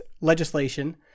legislation